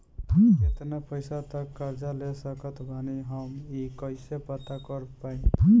केतना पैसा तक कर्जा ले सकत बानी हम ई कइसे पता कर पाएम?